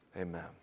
Amen